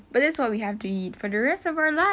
that's what we have to eat for the rest of our lives